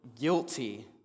guilty